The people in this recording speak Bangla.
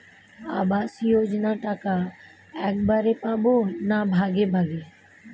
আবাস যোজনা টাকা একবারে পাব না ভাগে ভাগে?